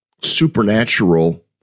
supernatural